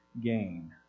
gain